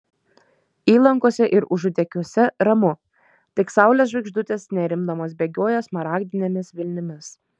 įlankose ir užutekiuose ramu tik saulės žvaigždutės nerimdamos bėgioja smaragdinėmis vilnimis